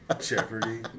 Jeopardy